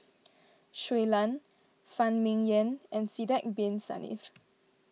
Shui Lan Phan Ming Yen and Sidek Bin Saniff